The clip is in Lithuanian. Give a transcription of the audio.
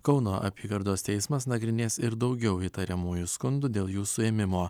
kauno apygardos teismas nagrinės ir daugiau įtariamųjų skundų dėl jų suėmimo